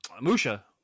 Musha